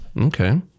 Okay